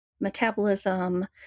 metabolism